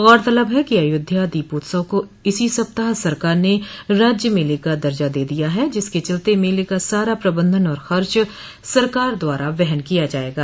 गौरतलब है कि अयोध्या दीपोत्सव को इसी सप्ताह सरकार ने राज्य मेले का दर्जा दे दिया है जिसके चलते मेले का सारा प्रबंधन और खर्च सरकार द्वारा वहन किया जायेगा